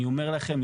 אני אומר לכם,